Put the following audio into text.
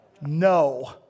No